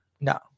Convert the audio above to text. No